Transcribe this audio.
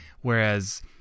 whereas